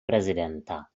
prezidenta